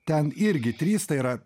ten irgi trys tai yra